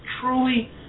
truly